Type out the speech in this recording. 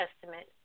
Testament